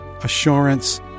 assurance